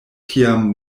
tiam